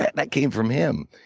but that came from him.